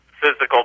physical